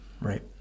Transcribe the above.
Right